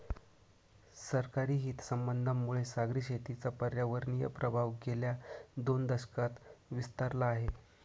सरकारी हितसंबंधांमुळे सागरी शेतीचा पर्यावरणीय प्रभाव गेल्या दोन दशकांत विस्तारला आहे